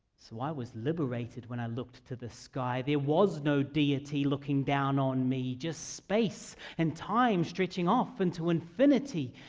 so i was liberated when i looked to the sky. there was no deity looking down on me, just space and time stretching off into infinity.